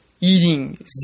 eating